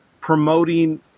promoting